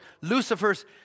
Lucifer's